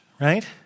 right